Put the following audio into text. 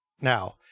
now